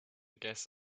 guess